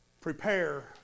prepare